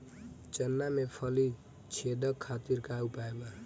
चना में फली छेदक खातिर का उपाय बा?